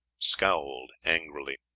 scowled angrily.